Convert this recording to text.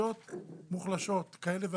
באוכלוסיות מוחלשות כאלה ואחרות.